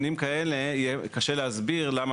אם הנתונים מצביעים על כך שמדובר